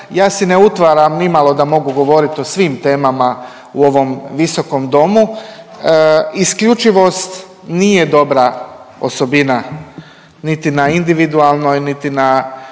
ja si ne utvaram nimalo da mogu govorit o svim temama u ovom visokom domu. Isljučivost nije dobra osobina niti na individualnoj niti na